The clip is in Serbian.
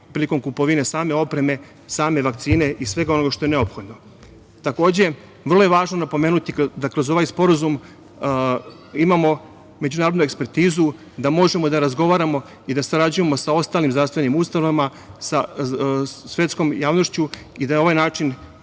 prilikom kupovine same opreme, same vakcine i svega onoga što je neophodno. Takođe, vrlo je važno napomenuti da kroz ovaj sporazum imamo međunarodnu ekspertizu, da možemo da razgovaramo i da sarađujemo sa ostalim zdravstvenim ustanovama, sa svetskom javnošću i da na ovaj način